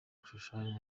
gushushanya